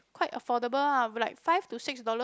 quite affordable ah like five to six dollar